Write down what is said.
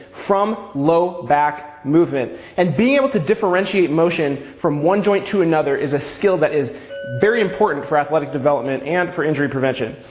from low back movement. and being able to differentiate motion from one joint to another is a skill that is very important for athletic development, and for injury prevention.